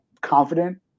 confident